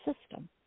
system